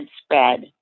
spread